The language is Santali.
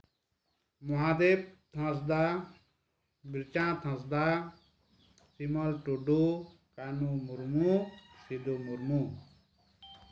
ᱢᱚᱦᱟᱫᱮᱵ ᱦᱟᱸᱥᱫᱟ ᱵᱤᱨᱪᱟᱸᱫ ᱦᱟᱸᱥᱫᱟ ᱥᱤᱢᱚᱞ ᱴᱩᱰᱩ ᱠᱟᱱᱩ ᱢᱩᱨᱢᱩ ᱥᱤᱫᱩ ᱢᱩᱨᱢᱩ